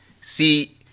See